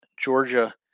Georgia